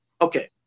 Okay